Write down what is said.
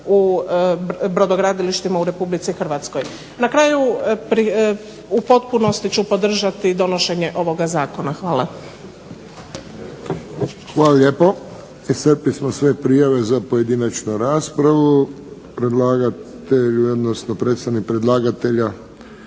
u brodogradilištima u Republici Hrvatskoj. Na kraju u potpunosti ću podržati donošenje ovoga zakona. Hvala. **Friščić, Josip (HSS)** Hvala lijepo. Iscrpili smo sve prijave za pojedinačnu raspravu. Predlagatelj, odnosno predstavnik predlagatelja